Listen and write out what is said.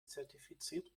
zertifiziert